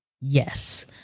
Yes